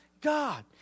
God